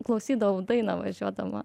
klausydavau dainą važiuodama